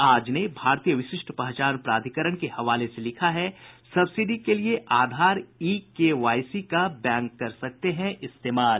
आज ने भारतीय विशिष्ट पहचान प्राधिकरण के हवाले से लिखा है सब्सिडी के लिए आधार ई केवाईसी का बैंक कर सकते हैं इस्तेमाल